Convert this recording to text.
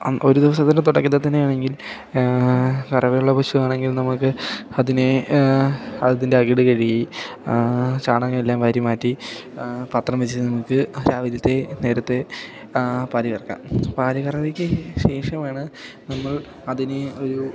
ഒരു ദിവസത്തിന്റെ തുടക്കത്തിൽ തന്നെയന്നെങ്കിൽ കറവയുള്ള പശുവാണെങ്കിൽ നമുക്ക് അതിനെ അതിൻ്റെ അകിടു കഴുകി ചാണകം എല്ലാം വാരിമാറ്റി പാത്രം വച്ചു നമുക്ക് രാവിലത്തെ നേരത്തെ പാല് കറക്കാം പാല്കറവയ്ക്കു ശേഷമാണ് നമ്മൾ അതിനെ ഒരു